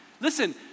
listen